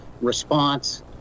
response